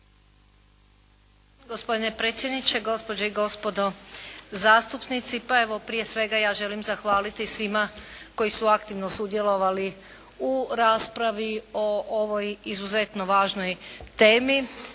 gospodine predsjedniče, gospođe i gospodo zastupnici. Pa evo, prije svega ja želim zahvaliti svima koji su aktivno sudjelovali u raspravi o ovoj izuzetno važnoj temi.